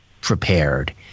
prepared